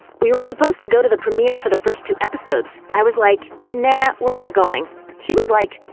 we were supposed to go to the premiere for the first two episodes, i was like nah, we're not going she was like,